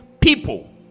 people